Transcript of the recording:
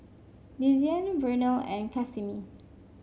Desean Vernal and Casimir